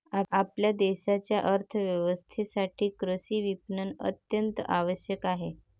आपल्या देशाच्या अर्थ व्यवस्थेसाठी कृषी विपणन अत्यंत आवश्यक आहे